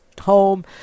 home